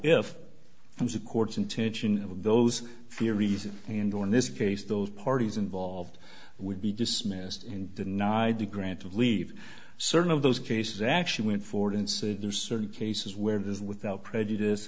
if the courts intention of those theories and or in this case those parties involved would be dismissed in denied the grant of leave certain of those cases actually went forward and said there are certain cases where there is without prejudice